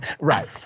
Right